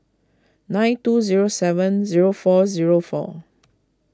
nine two zero seven zero four zero four